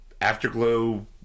Afterglow